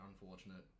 unfortunate